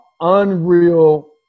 unreal –